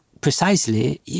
precisely